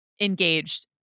engaged